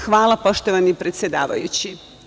Hvala, poštovani predsedavajući.